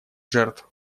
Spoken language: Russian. жертв